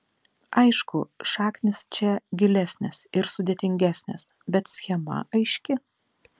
aišku šaknys čia gilesnės ir sudėtingesnės bet schema aiški